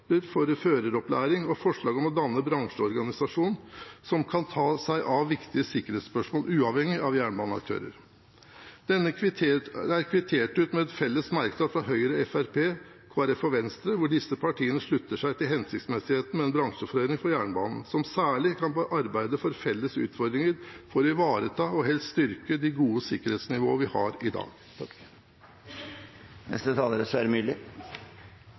for føreropplæring, og forslaget om å danne en bransjeorganisasjon som kan ta seg av viktige sikkerhetsspørsmål uavhengig av jernbaneaktører. Dette er kvittert ut med en felles merknad fra Høyre, Fremskrittspartiet, Kristelig Folkeparti og Venstre, hvor disse partiene slutter seg til hensiktsmessigheten med en bransjeforening for jernbanen, som særlig kan arbeide med felles utfordringer for å ivareta og helst styrke det gode sikkerhetsnivået vi har i dag. Som saksordfører Jegstad sa, er